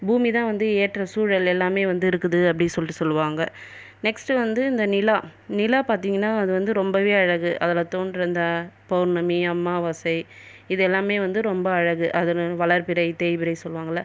பூமிதான் வந்து ஏற்ற சூழல் எல்லாமே வந்துயிருக்குது அப்படி சொல்லிட்டு சொல்வாங்கள் நெக்ஸ்டு வந்து இந்த நிலா நிலா பார்த்தீங்கன்னா அது வந்து ரொம்பவே அழகு அதில் தோன்ற இந்த பவுர்ணமி அம்மாவாசை இது எல்லாமே வந்து ரொம்ப அழகு அதில் வளர்பிறை தேய்பிறை சொல்வாங்கள்